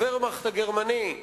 הוורמאכט הגרמני,